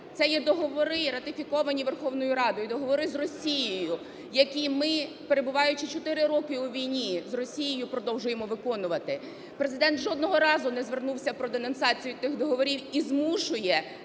Це є договори, ратифіковані Верховною Радою, договори з Росією, які ми, перебуваючи 4 роки у війні з Росією, продовжуємо виконувати. Президент жодного разу не звернувся про денонсацію тих договорів і змушує